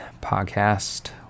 podcast